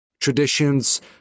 traditions